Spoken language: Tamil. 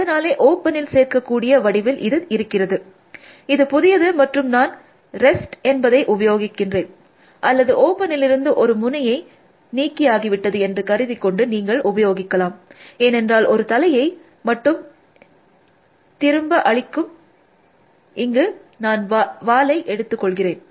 அதனாலே ஓப்பனில் சேர்க்கப்படக்கூடிய வடிவில் இது இருக்கிறது இது புதியது மற்றும் நான் ரெஸ்ட் என்பதை உபயோகிக்கிறேன் அல்லது ஓப்பனிலிருந்து ஒரு முனையை நீக்கியாகிவிட்டது என்று கருதி கொண்டு நீங்கள் உபயோகிக்கலாம் ஏனென்றால் இது தலையை மட்டும் எதிரும்ப அளிக்கும் இங்கு நான் வாலை எடுத்து கொள்கிறேன்